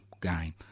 game